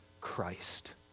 Christ